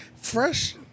Fresh